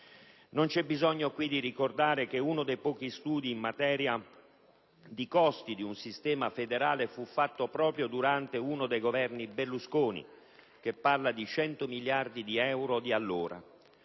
Non c'è bisogno qui di ricordare che uno dei pochi studi in materia di costi di un sistema federale fu fatto proprio durante uno dei Governi Berlusconi, e parla di 100 miliardi di euro di allora.